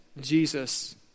Jesus